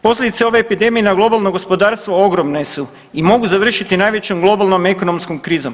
Posljedice ove epidemije na globalno gospodarstvo ogromne su i mogu završiti najvećom globalnom i ekonomskom krizom.